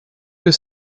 que